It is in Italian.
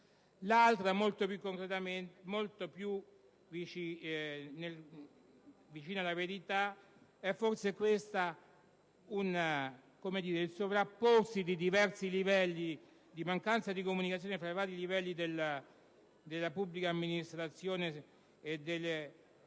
l'altra, molto più vicina alla verità, è forse il sovrapporsi di diversi livelli, la mancanza di comunicazione fra i vari livelli della pubblica amministrazione e dei